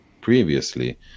previously